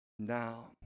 now